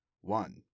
one